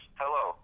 hello